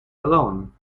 alone